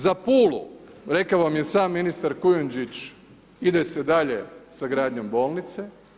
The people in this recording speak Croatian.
Za Pulu, rekao vam je sam ministar Kujundžić, ide se dalje sa gradnjom bolnice.